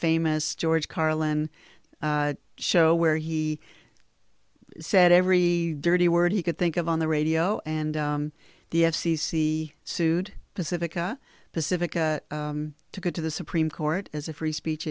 famous george carlin show where he said every dirty word he could think of on the radio and the f c c sued pacifica pacifica to go to the supreme court as a free speech